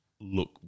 look